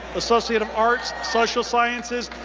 associate of arts, social sciences,